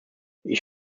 ich